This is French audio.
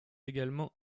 également